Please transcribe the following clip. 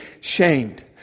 shamed